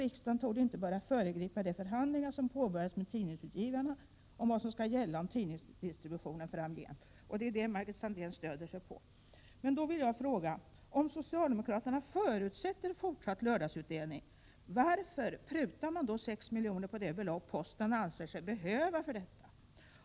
Riksdagen torde inte böra föregripa de förhandlingar som påbörjats med tidningsutgivarna om vad som skall gälla om tidningsdistributionen framgent.” Det är detta som Margit Sandéhn stöder sig på. Men då vill jag fråga: Om socialdemokraterna förutsätter fortsatt lördagsutdelning, varför prutar ni då 6 milj.kr. på det belopp som posten anser sig behöva för detta?